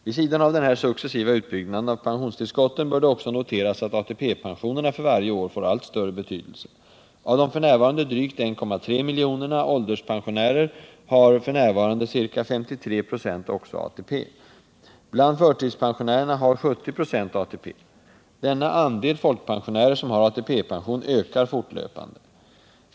Vid sidan av denna successiva utbyggnad av pensionstillskotten bör det också noteras att ATP-pensionerna för varje år får allt större betydelse. Av de f.n. drygt 1,3 miljonerna ålderspensionärer har f. n. ca 53 96 också ATP. Bland förtidspensionärerna har 70 96 ATP. Denna andel folkpensionärer som har ATP-pension ökar fortlöpande.